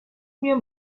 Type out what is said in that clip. mia